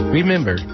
Remember